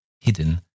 Hidden